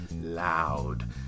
Loud